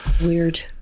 weird